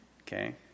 Okay